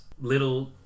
little